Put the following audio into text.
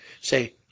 say